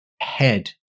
head